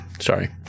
sorry